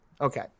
Okay